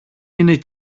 είναι